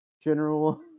general